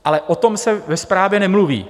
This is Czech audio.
Ale o tom se ve zprávě nemluví.